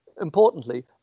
Importantly